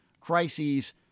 crises